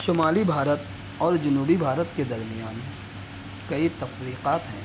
شمالی بھارت اور جنوبی بھارت کے درمیان کئی تفریقات ہیں